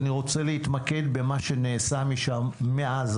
אני רוצה להתמקד במה שנעשה מאז,